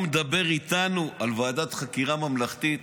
הוא מדבר איתנו על ועדת חקירה ממלכתית?